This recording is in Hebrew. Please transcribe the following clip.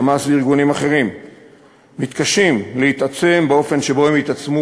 "חמאס" וארגונים אחרים מתקשים להתעצם באופן שהם התעצמו